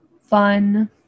Fun